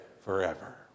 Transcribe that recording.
forever